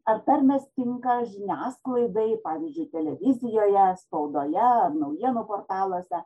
ar tarmės tinka žiniasklaidai pavyzdžiui televizijoje spaudoje naujienų portaluose